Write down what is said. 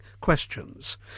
questions